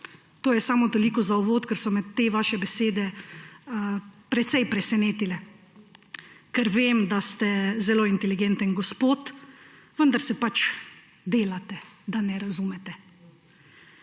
To je samo toliko za uvod, ker so me te vaše besede precej presenetile, ker vem, da ste zelo inteligenten gospod, vendar se pač delate, da ne razumete.